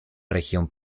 región